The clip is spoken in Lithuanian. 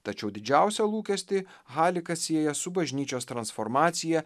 tačiau didžiausią lūkestį halikas sieja su bažnyčios transformacija